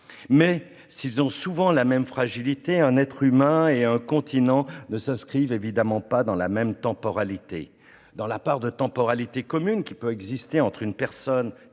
Mais, s'ils ont souvent la même fragilité, un être humain et un continent ne s'inscrivent évidemment pas dans la même temporalité. Dans la part de temporalité commune qui peut exister entre une personne